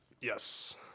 Yes